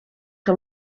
que